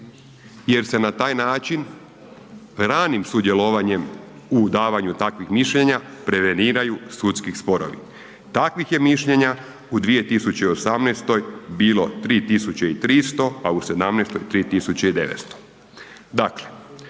jer se na taj način ranim sudjelovanjem u davanju takvih mišljenja preveniraju sudski sporovi. Takvih je mišljenja u 2018. bilo 3.300, a u '17. 3.900.